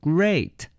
Great